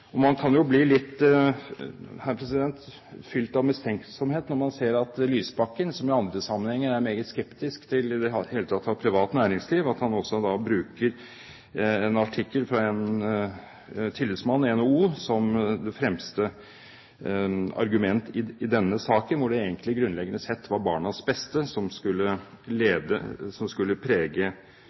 valget. Man kan jo bli litt fylt av mistenksomhet når man ser at Lysbakken, som i andre sammenhenger er meget skeptisk til i det hele tatt å ha privat næringsliv, bruker en artikkel fra en tillitsmann i NHO som det fremste argument i denne saken, når det egentlig grunnleggende sett var barnas beste som skulle prege samfunnets velferdsordninger på området. Jeg vil også gjøre en liten visitt til representanten Håbrekke, som